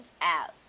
out